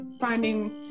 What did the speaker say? finding